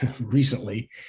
recently